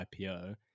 ipo